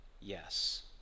yes